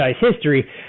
history